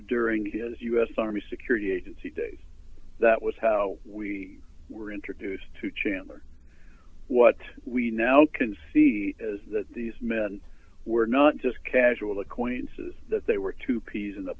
during his us army security agency days that was how we were introduced to chandler what we now can see is that these men were not just casual acquaintances that they were two peas in the